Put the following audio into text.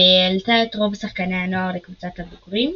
והעלתה את רוב שחקני הנוער לקבוצת הבוגרים,